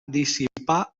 dissipar